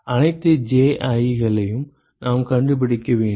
அனைத்து Ji களையும் நாம் கண்டுபிடிக்க வேண்டும்